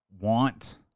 want